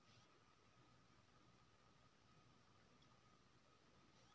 सरसो की खेती करे के लिये प्रति एकर केतना यूरिया डालय के होय हय?